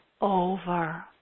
over